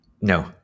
no